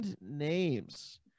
names